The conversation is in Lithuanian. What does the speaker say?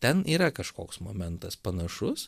ten yra kažkoks momentas panašus